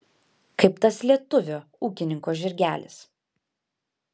kaip tas lietuvio ūkininko žirgelis